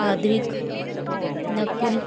Advik Nakul